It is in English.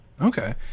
okay